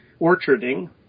orcharding